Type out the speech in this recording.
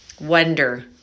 wonder